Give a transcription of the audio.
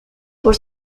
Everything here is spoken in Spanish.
por